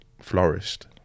flourished